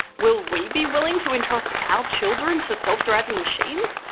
will we be willing to entrust our children to self-driving machines?